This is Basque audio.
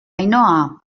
ainhoa